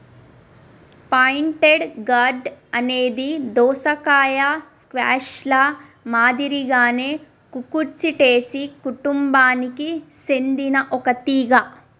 pointed gourd అనేది దోసకాయ, squash ల మాదిరిగానే కుకుర్చిటేసి కుటుంబానికి సెందిన ఒక తీగ